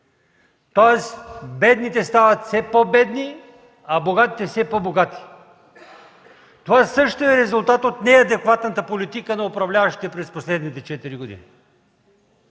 тоест бедните стават все по-бедни, а богатите все по богати. Това също е резултат от неадекватната политика на управляващите през последните четири години.